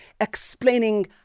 explaining